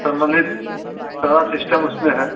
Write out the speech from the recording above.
सम्बन्धित सारा सिस्टम उसमें है